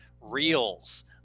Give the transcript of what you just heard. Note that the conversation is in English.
reels